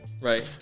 Right